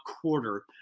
quarter